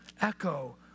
echo